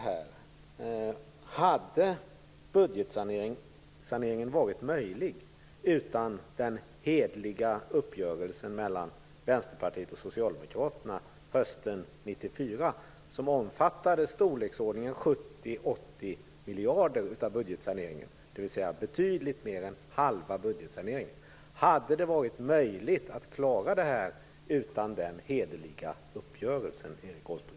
Hade budgetsaneringen varit möjlig utan den hederliga uppgörelsen mellan Vänsterpartiet och Socialdemokraterna hösten 1994? Den omfattade i storleksordningen 70-80 miljarder av budgetsaneringen, dvs. betydligt mer än halva budgetsaneringen. Hade det varit möjligt att klara detta utan den här hederliga uppgörelsen, Erik Åsbrink?